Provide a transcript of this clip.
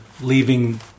leaving